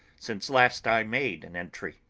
since last i made an entry.